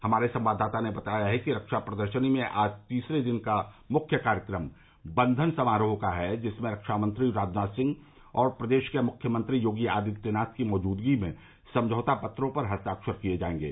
हमारे संवाददाता ने बताया है कि रक्षा प्रदर्शनी में आज तीसरे दिन का मुख्य कार्यक्रम बंधन समारोह का है जिसमें रक्षा मंत्री राजनाथ सिंह और प्रदेश के मुख्यमंत्री योगी आदित्यनाथ की मौजूदगी में समझौता पत्रों पर हस्ताक्षर किए जायेंगे